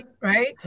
Right